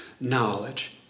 knowledge